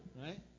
right